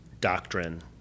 doctrine